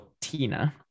Tina